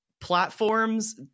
platforms